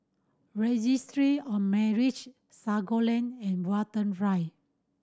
Registry of Marriage Sago Lane and Watten Drive